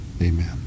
Amen